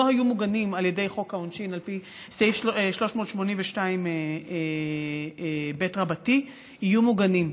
היו מוגנים על ידי סעיף 382א לחוק העונשין יהיו מוגנים.